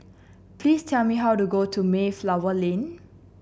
please tell me how to go to Mayflower Lane